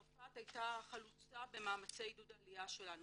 צרפת הייתה חלוצה במאמצי עידוד העלייה שלנו.